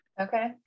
Okay